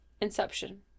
Inception